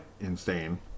insane